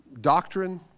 doctrine